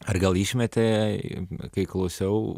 ar gal išmetei kai klausiau